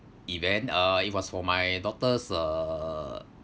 event uh it was for my daughter's uh